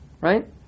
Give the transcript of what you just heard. Right